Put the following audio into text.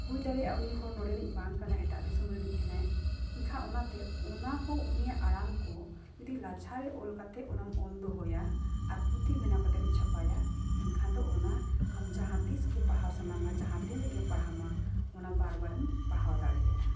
ᱦᱩᱭ ᱫᱟᱲᱮᱭᱟᱜᱼᱟ ᱩᱱᱤ ᱦᱚᱲ ᱱᱚᱸᱰᱮᱱᱤᱡ ᱵᱟᱝ ᱠᱟᱱᱟᱭ ᱮᱴᱟᱜ ᱫᱤᱥᱚᱢ ᱨᱤᱱᱤᱡ ᱠᱟᱱᱟᱭ ᱮᱱᱠᱷᱟᱱ ᱚᱱᱟᱛᱮ ᱚᱱᱟ ᱠᱚ ᱩᱱᱤᱭᱟᱜ ᱟᱲᱟᱝ ᱠᱚ ᱡᱩᱫᱤ ᱞᱟᱪᱷᱟᱨᱮ ᱚᱞ ᱠᱟᱛᱮ ᱚᱱᱟᱢ ᱚᱞ ᱫᱚᱦᱚᱭᱟ ᱟᱨ ᱯᱩᱛᱷᱤ ᱵᱮᱱᱟᱣ ᱠᱟᱛᱮᱢ ᱪᱷᱟᱯᱟᱭᱟ ᱮᱱᱠᱷᱟᱱ ᱫᱚ ᱚᱱᱟ ᱟᱢ ᱡᱟᱦᱟᱸ ᱛᱤᱥᱜᱮ ᱯᱟᱲᱦᱟᱣ ᱥᱟᱱᱟᱢᱟ ᱡᱟᱦᱟᱸ ᱛᱤᱱ ᱨᱮᱜᱮ ᱯᱟᱲᱦᱟᱣ ᱢᱟ ᱚᱱᱟ ᱵᱟᱨ ᱵᱟᱨᱮᱢ ᱯᱟᱲᱦᱟᱣ ᱫᱟᱲᱮᱭᱟᱜᱼᱟ